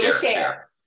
Share